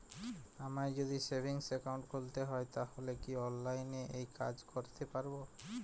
আমায় যদি savings account খুলতে হয় তাহলে কি অনলাইনে এই কাজ করতে পারবো?